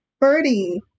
birdie